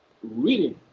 reading